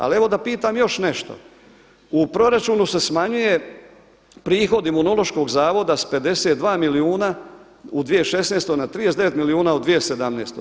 Ali evo da pitam još nešto, u proračunu se smanjuje prihod Imunološkog zavoda s 52 milijuna u 2016. na 39 milijuna u 20176.